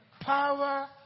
Power